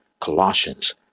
Colossians